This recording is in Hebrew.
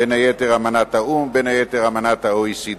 בין היתר אמנת האו"ם, בין היתר אמנת ה-OECD.